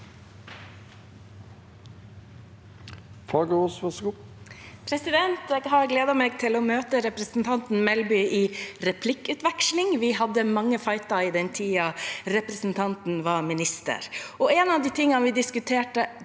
Fagerås (SV) Jeg har gledet meg til å møte representanten Melby i replikkveksling. Vi hadde mange fighter i den tiden representanten var minister. En av tingene vi diskuterte